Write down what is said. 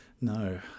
No